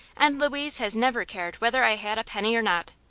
and louise has never cared whether i had a penny or not.